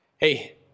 Hey